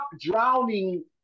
drowning